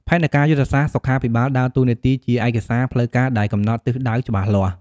ផែនការយុទ្ធសាស្ត្រសុខាភិបាលដើរតួនាទីជាឯកសារផ្លូវការដែលកំណត់ទិសដៅច្បាស់លាស់។